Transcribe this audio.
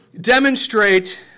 demonstrate